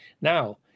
Now